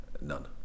none